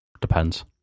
depends